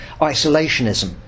isolationism